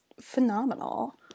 phenomenal